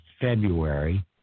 February